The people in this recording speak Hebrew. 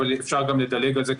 אבל אפשר גם לדלג על זה,